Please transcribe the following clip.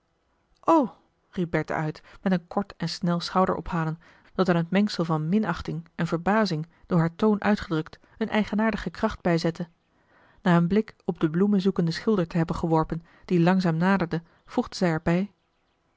riep bertha uit met een kort en snel schouderophalen dat aan het mengsel van minachting en verbazing door haar toon uitgedrukt een eigenaardige kracht bijzette na een blik op den bloemenzoekenden schilder te hebben geworpen die langzaam naderde voegde zij